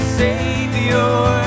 savior